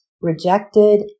rejected